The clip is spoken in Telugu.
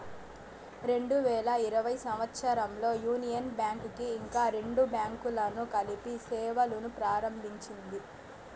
రెండు వేల ఇరవై సంవచ్చరంలో యూనియన్ బ్యాంక్ కి ఇంకా రెండు బ్యాంకులను కలిపి సేవలును ప్రారంభించింది